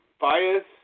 bias